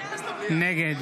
נגד